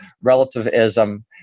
relativism